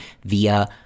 via